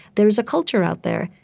there is a culture out there.